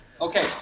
Okay